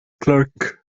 clerk